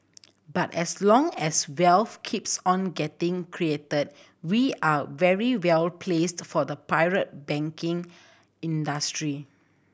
but as long as wealth keeps on getting created we are very well placed for the private banking industry